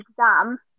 exam